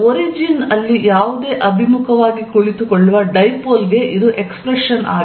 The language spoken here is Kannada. ಈಗ ಒರಿಜಿನ್ ಅಲ್ಲಿ ಯಾವುದೇ ಅಭಿಮುಖವಾಗಿ ಕುಳಿತುಕೊಳ್ಳುವ ಡೈಪೊಲ್ ಗೆ ಇದು ಎಕ್ಸ್ಪ್ರೆಶನ್